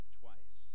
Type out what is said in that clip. twice